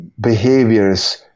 behaviors